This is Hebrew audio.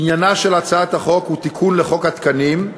עניינה של הצעת החוק הוא תיקון לחוק התקנים,